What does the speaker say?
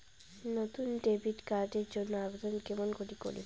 নতুন debit card এর জন্যে আবেদন কেমন করি করিম?